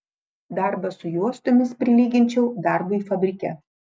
darbą su juostomis prilyginčiau darbui fabrike